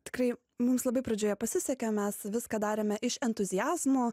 tikrai mums labai pradžioje pasisekė mes viską darėme iš entuziazmo